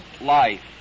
life